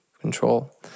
control